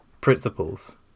principles